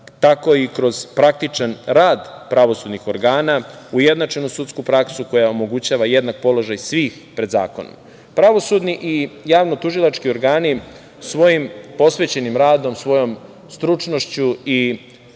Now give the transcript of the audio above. tako i kroz praktičan rad pravosudnih organa, ujednačenu sudsku praksu koja omogućava jednak položaj svih pred zakonom. Pravosudni i javnotužilački organi svojim posvećenim radom, svojom stručnošću i,